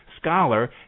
scholar